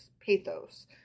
pathos